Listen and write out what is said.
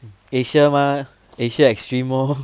asia mah asia extreme lor